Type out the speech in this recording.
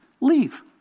leave